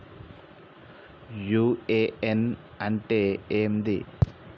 UAN అంటే ఏంది?